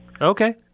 Okay